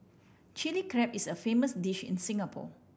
Chilli Crab is a famous dish in Singapore